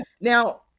now